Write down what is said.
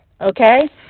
okay